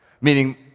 Meaning